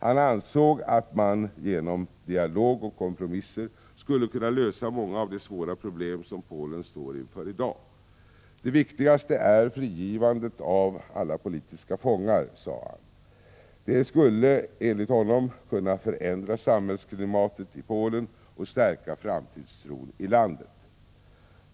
Han ansåg att man genom dialog och kompromisser skulle kunna lösa många av de svåra problem som Polen står inför i dag. Det viktigaste är frigivandet av alla politiska fångar, sade han. Det skulle enligt Walesa kunna förändra samhällsklimatet i Polen och stärka framtidstron i landet.